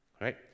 right